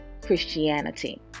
Christianity